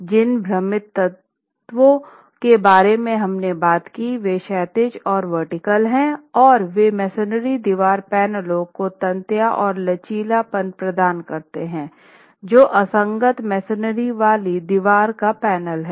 जिन भ्रमित तत्वों के बारे में हमने बात की वे क्षैतिज और ऊर्ध्वाधर हैं और वे मेसनरी दीवार पैनलों को तन्यता और लचीलापन प्रदान करते हैं जो असंगत मेसनरी वाली दीवार का पैनल है